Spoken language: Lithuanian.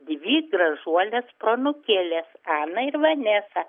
dvi gražuolės proanūkėlės aną ir vanesą